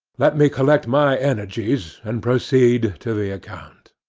let me collect my energies and proceed to the account.